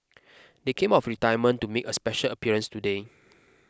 they came out of retirement to make a special appearance today